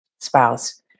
spouse